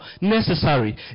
necessary